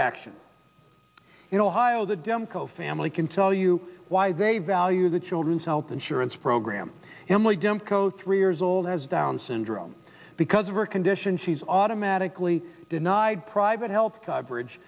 action in ohio the dems go family can tell you why they value the children's health insurance program emily dempo three years old has down's syndrome because of her condition she's automatically denied private health coverage